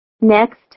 Next